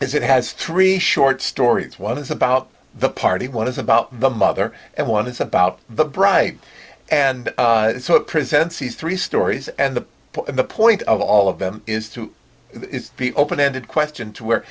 is it has three short stories one is about the party one is about the mother and one is about the bride and presents these three stories and the point of all of them is to be open ended question to where